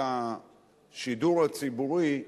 של השידור הציבורי,